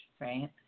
right